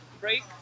break